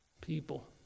people